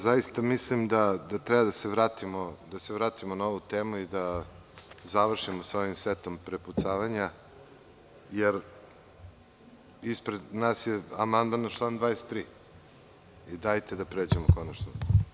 Zaista mislim da treba da se vratimo na ovu temu i završimo sa ovim setom prepucavanja jer ispred nas je amandman na član 23. i dajte da pređemo konačno.